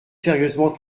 sérieusement